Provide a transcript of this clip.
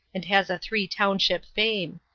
and has a three-township fame.